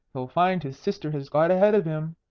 he'll find his sister has got ahead of him.